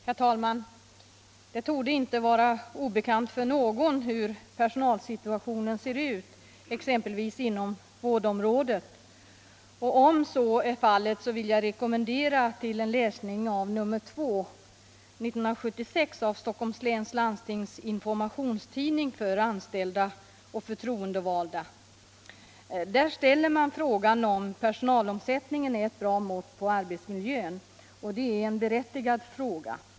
Herr talman! Det torde inte vara obekant för någon hur personalsituationen ser ut exempelvis inom vårdområdet. Om så är fallet vill jag till läsning rekommendera Stockholms läns landstings informationstidning för anställda och förtroendevalda, nr 2 1976. Där ställer man frågan om personalomsättningen är ett bra mått på arbetsmiljön. Och det är en berättigad fråga.